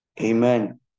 Amen